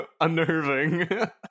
unnerving